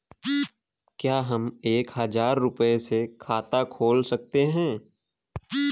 क्या हम एक हजार रुपये से खाता खोल सकते हैं?